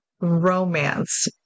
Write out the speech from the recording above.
romance